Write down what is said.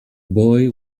boy